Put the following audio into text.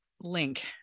link